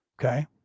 Okay